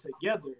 together